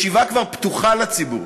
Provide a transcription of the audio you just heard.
ישיבה כבר פתוחה לציבור.